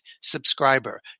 subscriber